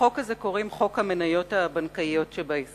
לחוק הזה קוראים חוק המניות הבנקאיות שבהסדר.